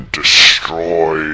destroy